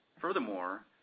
Furthermore